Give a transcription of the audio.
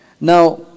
Now